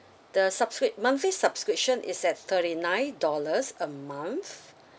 the subscrip~ monthly subscription is at thirty nine dollars a month